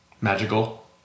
Magical